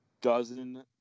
Dozen